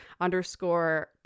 underscore